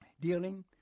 dealing